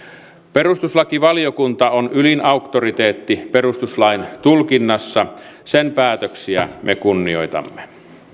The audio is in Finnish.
perustuslakivaliokunta on ylin auktoriteetti perustuslain tulkinnassa sen päätöksiä me kunnioitamme